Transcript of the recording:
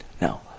Now